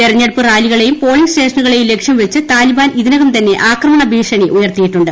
തെരഞ്ഞെടുപ്പ് റാലികളെയും പോളിംഗ് സ്റ്റേഷനുകളെയും ലക്ഷ്യം വെച്ച് താലിബാൻ ഇതിനകം തന്നെ ആക്രമണഭീഷണി ഉയർത്തിയിട്ടുണ്ട്